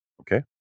Okay